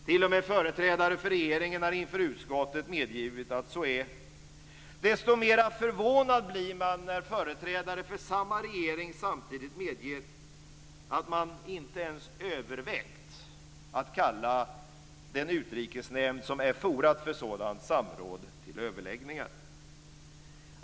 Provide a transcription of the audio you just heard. T.o.m. företrädare för regeringen har inför utskottet medgivit att det är så. Desto mera förvånad blir man när företrädare för samma regering samtidigt medger att man inte ens övervägt att kalla den utrikesnämnd som är forumet för sådant samråd till överläggningar.